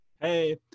Hey